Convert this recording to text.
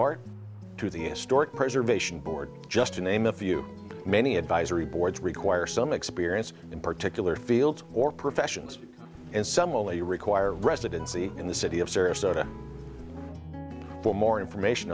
historic preservation board just to name a few many advisory boards require some experience in particular fields or professions and some only require residency in the city of sarasota for more information